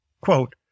Quote